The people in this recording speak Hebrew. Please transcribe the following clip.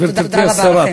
תודה רבה.